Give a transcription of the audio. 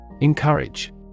Encourage